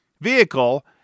vehicle